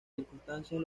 circunstancias